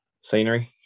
scenery